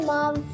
Mom